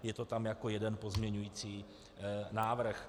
Je to tam jako jeden pozměňovací návrh.